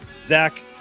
Zach